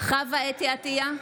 עטייה,